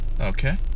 Okay